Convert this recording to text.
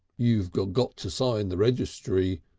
you've got got to sign the registry,